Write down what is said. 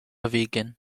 vegan